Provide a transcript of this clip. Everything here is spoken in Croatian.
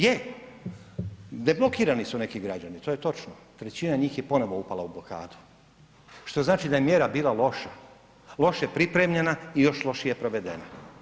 Je, deblokirani su neki građani to je točno, trećina njih je ponovno upala u blokadu što znači da je mjera bila loša, loše pripremljena i još lošije provedena.